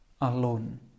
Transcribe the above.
alone